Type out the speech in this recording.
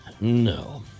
no